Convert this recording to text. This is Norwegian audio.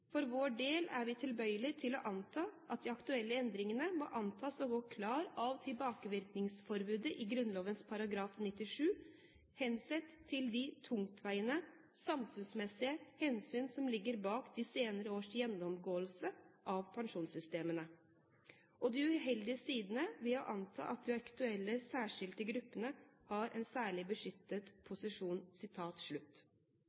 For vår del er vi tilbøyelig til å anta at de aktuelle endringene må antas å gå klar av tilbakevirkningsforbudet i Grunnloven § 97 hensett til de tungtveiende, samfunnsmessige hensynene som ligger bak de senere års gjennomgåelse av pensjonssystemene, og de uheldige sidene ved å anta at de aktuelle, særskilte gruppene har en særlig beskyttet